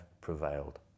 prevailed